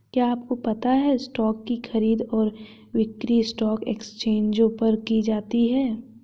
क्या आपको पता है स्टॉक की खरीद और बिक्री स्टॉक एक्सचेंजों पर की जाती है?